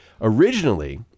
Originally